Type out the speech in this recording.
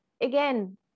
again